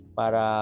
para